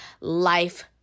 life